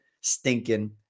stinking